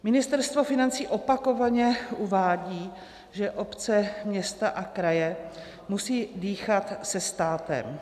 Ministerstvo financí opakovaně uvádí, že obce, města a kraje musí dýchat se státem.